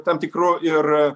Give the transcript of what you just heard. tam tikru ir